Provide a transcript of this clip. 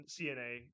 CNA